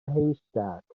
haystack